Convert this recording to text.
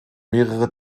mehrere